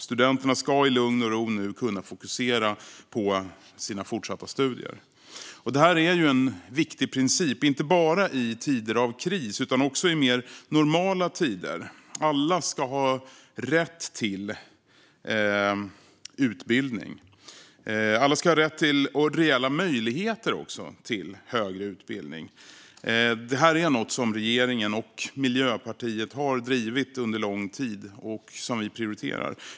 Studenterna ska nu i lugn och ro kunna fokusera på sina fortsatta studier. Detta är en viktig princip, inte bara i tider av kris utan också i mer normala tider. Alla ska ha rätt till utbildning och ha reella möjligheter till högre utbildning. Det är något som regeringen och Miljöpartiet har drivit under lång tid och som vi prioriterar.